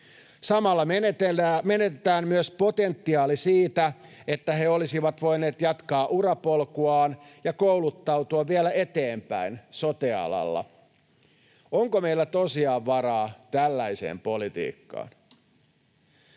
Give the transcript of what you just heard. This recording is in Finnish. Samalla menetetään myös potentiaali siitä, että he olisivat voineet jatkaa urapolkuaan ja kouluttautua vielä eteenpäin sote-alalla. Onko meillä tosiaan varaa tällaiseen politiikkaan?